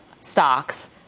stocks